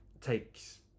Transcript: takes